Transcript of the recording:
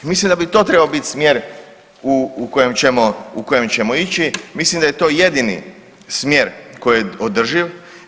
Mislim da bi to trebao biti smjer u kojem ćemo ići, mislim da je to jedini smjer koji je održiv.